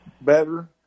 better